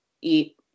eat